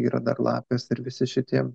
yra dar lapės ir visi šitie